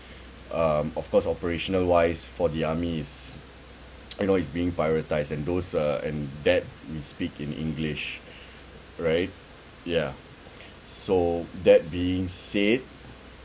um of course operational wise for the army is you know is being prioritised and those uh and that we speak in english right ya so that being said